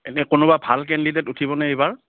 এনেই কোনোবা ভাল কেণ্ডিডেট উঠিবনে এইবাৰ